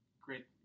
Great